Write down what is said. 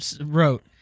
wrote